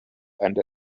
and